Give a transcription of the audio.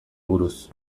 buruz